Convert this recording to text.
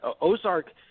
Ozark –